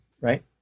right